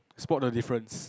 spot the difference